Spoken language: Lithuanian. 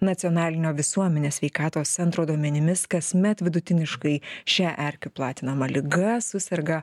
nacionalinio visuomenės sveikatos centro duomenimis kasmet vidutiniškai šia erkių platinama liga suserga